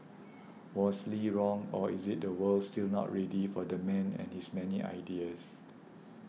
was Lee wrong or is the world still not ready for the man and his many ideas